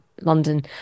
London